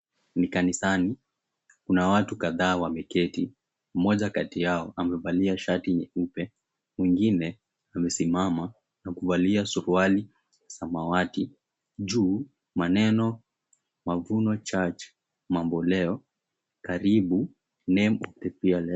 Ni kanisani. Kuna watu kadhaa wameketi. Mmoja kati yao amevalia shati nyeupe. Mwingine amesimama na kuvalia suruali ya samawati. Juu, maneno Mavuno Church Mamboleo, Karibu Name of the Fearless.